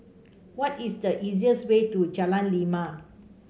what is the easiest way to Jalan Lima